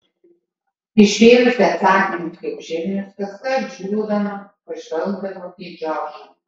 išbėrusi atsakymus kaip žirnius kaskart džiūgaudama pažvelgdavo į džordžą